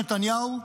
נתניהו,